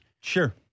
Sure